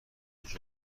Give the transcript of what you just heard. کمک